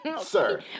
sir